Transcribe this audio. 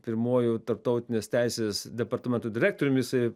pirmuoju tarptautinės teisės departamento direktorium jisai